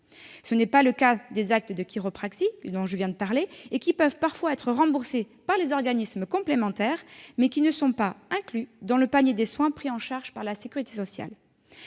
Ce n'est pas le cas des actes de chiropraxie, dont je viens de parler et qui peuvent être parfois remboursés par les organismes complémentaires, mais qui ne sont pas inclus dans le panier des soins pris en charge par la sécurité sociale.